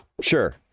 Sure